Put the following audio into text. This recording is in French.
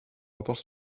rapport